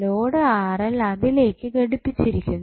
load അതിലേക്ക് ഘടിപ്പിച്ചിരിക്കുന്നു